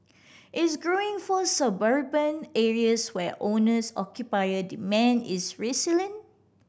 is growing for suburban areas where owners occupier demand is resilient